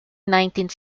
nineteenth